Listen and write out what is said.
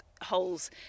holes